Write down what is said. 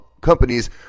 companies